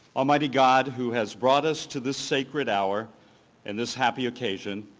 almighty god who has brought us to this sacred hour and this happy occasion,